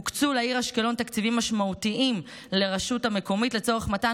הוקצו לעיר אשקלון תקציבים משמעותיים לרשות המקומית לצורך מתן